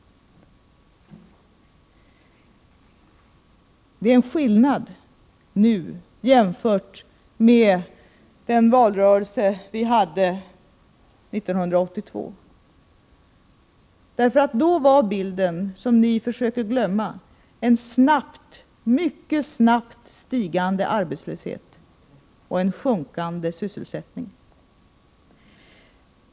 Det är skillnad nu jämfört med den valrörelse som vi hade 1982. Då var bilden, som ni försöker glömma, en mycket snabbt stigande arbetslöshet och en sjunkande sysselsättning.